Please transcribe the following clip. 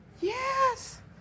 Yes